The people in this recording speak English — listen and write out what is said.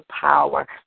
power